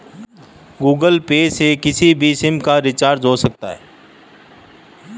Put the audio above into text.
Google Pay से किसी भी सिम का रिचार्ज हो सकता है